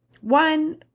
One